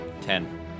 Ten